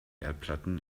erdplatten